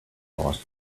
lost